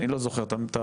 אני לא זוכר את המספר,